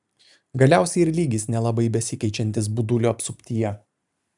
galiausiai ir lygis nelabai besikeičiantis budulių apsuptyje